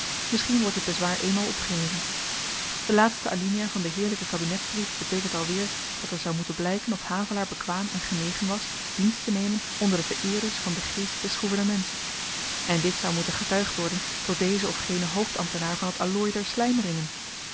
misschien wordt dit bezwaar eenmaal opgeheven de laatste alinea van den heerlyken kabinetsbrief beteekent alweer dat er zou moeten blyken of havelaar bekwaam en genegen was dienst te nemen onder de vereerders van den geest des qouvernements en dit zou moeten getuigd worden door dezen of genen hoofdambtenaar van t allooi der